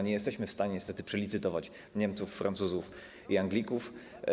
Nie jesteśmy w stanie niestety przelicytować Niemców, Francuzów i Anglików.